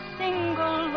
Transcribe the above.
single